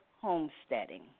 homesteading